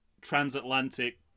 transatlantic